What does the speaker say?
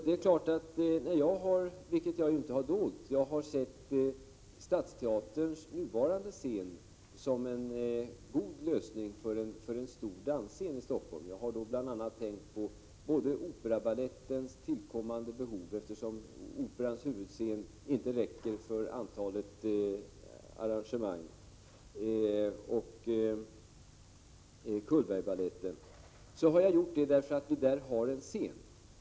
Det är klart att jag, vilket jag inte har dolt, har sett Stadsteaterns nuvarande scen som en god lösning när det gäller en stor dansscen i Stockholm. Jag har då bl.a. haft i åtanke Operabalettens tillkommande behov, eftersom Operahuset inte räcker för antalet arrangemang, och Cullbergbaletten. Att jag ser Stadsteatern som en lösning beror på att vi där redan har en scen.